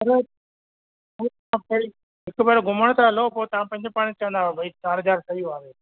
हिक भेरो घुमण त हलो पोइ तव्हां पंहिंजो पाण ई चवंदा भई चारि हज़ार सही हुआ